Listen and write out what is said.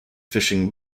fishing